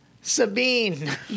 Sabine